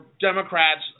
Democrats